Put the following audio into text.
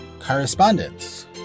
correspondence